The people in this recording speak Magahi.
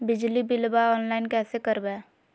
बिजली बिलाबा ऑनलाइन कैसे करबै?